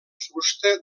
fusta